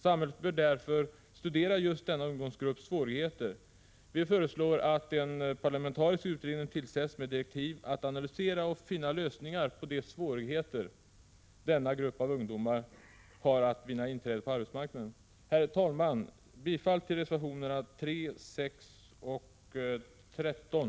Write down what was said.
Samhället bör därför studera just denna ungdomsgrupps svårigheter. Vi föreslår att en parlamentarisk utredning tillsätts med direktiv att analysera och finna lösningar på de svårigheter som denna grupp av ungdomar har att vinna inträde på arbetsmarknaden. Herr talman! Jag yrkar bifall till reservationerna 3, 6, och 13.